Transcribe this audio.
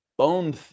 bone